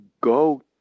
go